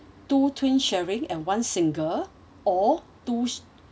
two twin sharing and one single or two